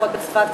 לפחות בצפת,